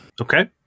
Okay